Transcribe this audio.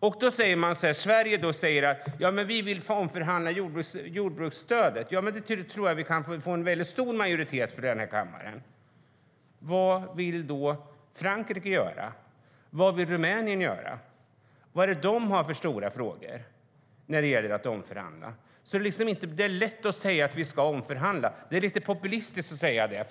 Jag tror att vi kan få med oss en stor majoritet i kammaren om vi säger att vi vill omförhandla jordbruksstödet. Vad vill då Frankrike och Rumänien göra? Vilka stora frågor har de som de vill omförhandla? Det är lätt att säga att man ska omförhandla. Det är lite populistiskt att säga så.